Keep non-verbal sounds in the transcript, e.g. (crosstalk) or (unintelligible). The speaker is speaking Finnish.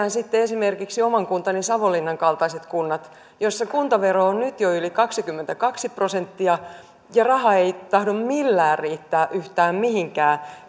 sitten esimerkiksi oman kuntani savonlinnan kaltaiset kunnat joissa kuntavero on nyt jo yli kaksikymmentäkaksi prosenttia ja raha ei tahdo millään riittää yhtään mihinkään (unintelligible)